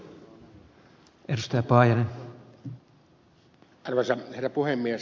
arvoisa herra puhemies